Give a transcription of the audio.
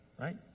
right